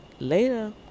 Later